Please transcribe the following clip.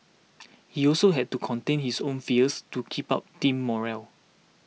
he also had to contain his own fears to keep up team morale